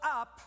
up